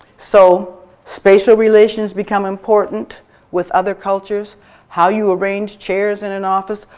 so spatial relations become important with other cultures how you arrange chairs in an office,